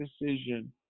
decision